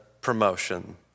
promotion